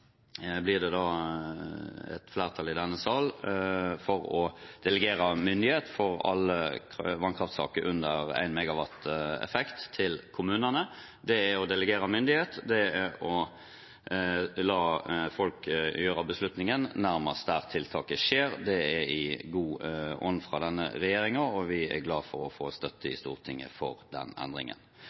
blir det et flertall i denne sal for å delegere myndighet for alle vannkraftsaker under 1 MW effekt til kommunene. Det er å delegere myndighet, det er å la folket gjøre beslutningen der hvor tiltaket skjer, og det er i god ånd med denne regjeringen. Vi er glad for å få støtte i Stortinget for den endringen.